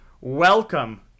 welcome